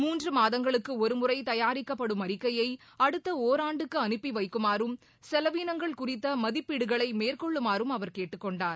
மூன்று மாதங்களுக்கு ஒருமுறை தபாரிக்கப்படும் அறிக்கையை அடுத்த ஒராண்டுக்கு அனுப்பி வைக்குமாறும் செலவினங்கள் குறித்த மதிப்பீடுகளை மேற்கொள்ளுமாறும் அவர் கேட்டுக் கொண்டார்